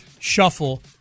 Shuffle